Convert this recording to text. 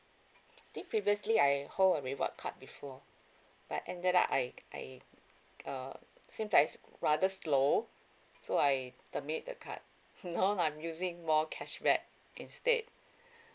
think previously I hold a reward card before but ended up I I uh seems like it's rather slow so I terminate the card I'm using more cashback instead